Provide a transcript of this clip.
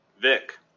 Vic